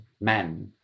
men